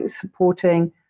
supporting